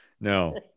no